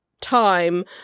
time